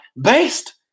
based